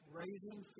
raising